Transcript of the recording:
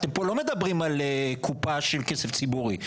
אתם פה לא מדברים על קופה של כסף ציבורי,